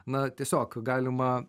na tiesiog galima